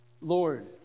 Lord